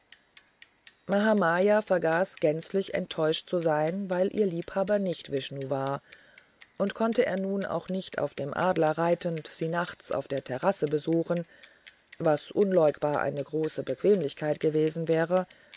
mahamaya vergaß gänzlich enttäuscht zu sein weil ihr liebhaber nicht vishnu war und konnte er nun auch nicht auf dem adler reitend sie nachts auf der terrasse besuchen was unleugbar eine große bequemlichkeit gewesen wäre